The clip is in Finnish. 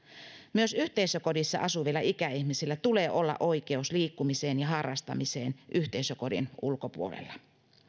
myös yhteisökodissa asuvilla ikäihmisillä tulee olla oikeus liikkumiseen ja harrastamiseen yhteisökodin ulkopuolella